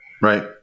Right